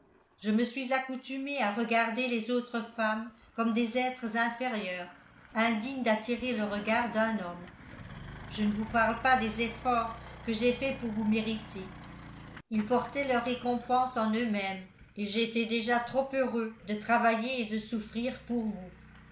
je me suis accoutumé à regarder les autres femmes comme des êtres inférieurs indignes d'attirer le regard d'un homme je ne vous parle pas des efforts que j'ai faits pour vous mériter ils portaient leur récompense en eux-mêmes et j'étais déjà trop heureux de travailler et de souffrir pour vous